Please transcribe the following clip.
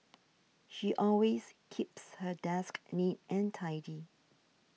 she always keeps her desk neat and tidy